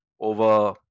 over